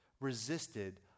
resisted